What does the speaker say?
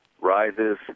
rises